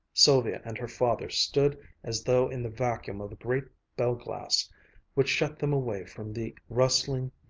sylvia and her father stood as though in the vacuum of a great bell-glass which shut them away from the rustling,